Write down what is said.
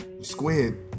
squid